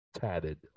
tatted